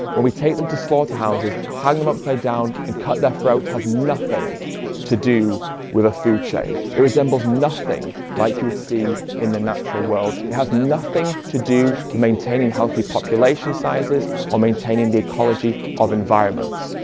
when we take them to slaughterhouses hang them upside down and cut their throat has nothing to do with a food chain. it resembles nothing like you would see in the natural world. it has nothing to do with maintaining healthy population sizes or maintaining the ecology of environments.